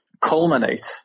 culminate